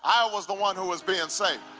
i was the one who was being saved.